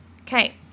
Okay